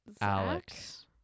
Alex